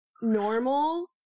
normal